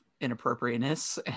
inappropriateness